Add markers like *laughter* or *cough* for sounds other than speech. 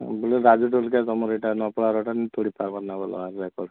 ହଁ ବୋଲେ ରାଜୁ ଟୁଲ୍କେ ତମର *unintelligible*